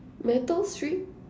metal string